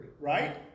right